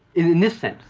in in this sense,